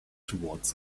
towards